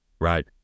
right